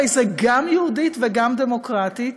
הרי זה גם "יהודית" וגם "דמוקרטית".